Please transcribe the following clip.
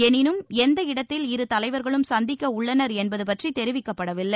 எளினும் எந்த இடத்தில் இரு தலைவர்களும் சந்திக்க உள்ளனர் என்பது பற்றி தெரிவிக்கப்படவில்லை